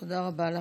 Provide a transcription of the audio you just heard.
תודה רבה לך.